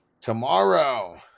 Tomorrow